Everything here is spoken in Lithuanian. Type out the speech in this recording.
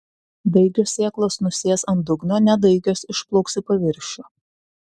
daigios sėklos nusės ant dugno nedaigios išplauks į paviršių